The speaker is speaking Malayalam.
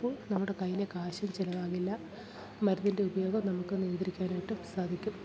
അപ്പോൾ നമ്മുടെ കയ്യിലെ കാശും ചിലവാകില്ല മരുന്നിൻ്റെ ഉപയോഗം നമുക്ക് നിയന്ത്രിക്കാനായിട്ടും സാധിക്കും